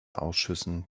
ausschüssen